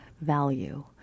value